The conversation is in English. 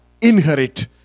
inherit